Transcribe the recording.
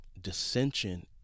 dissension